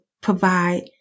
provide